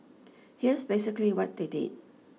here's basically what they did